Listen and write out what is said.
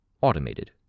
Automated